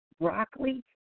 Broccoli